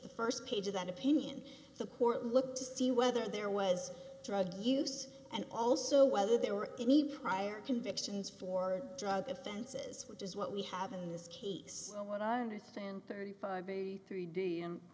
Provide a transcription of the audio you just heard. the first page of that opinion the court look to see whether there was drug use and also whether there were any prior convictions for drug offenses which is what we have in this case and what i understand thirty five very three d and of